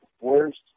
worst